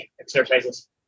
exercises